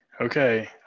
Okay